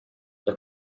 the